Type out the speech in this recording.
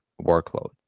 workload